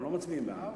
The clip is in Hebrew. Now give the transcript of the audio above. אנחנו לא מצביעים בעד,